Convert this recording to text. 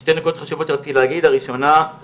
שתי נקודות חשובות שרציתי להגיד, הראשונה היא